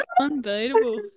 Unbeatable